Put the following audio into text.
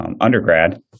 undergrad